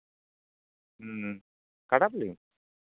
ᱦᱩᱸ ᱠᱟᱴᱟᱣ ᱠᱤᱫᱟᱹᱧ